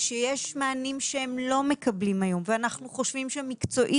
שיש מענים שהם לא מקבלים היום ואנחנו חושבים שמקצועית